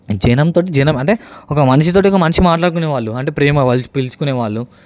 జనంతోటి జనం అంటే ఒక మనిషి తోటి ఒక మనిషి మాట్లాడుకునే వాళ్ళు అంటే ప్రేమ వాళ్ళు పిలుచుకునేవాళ్ళు